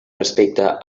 respecte